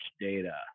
data